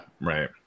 Right